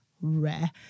rare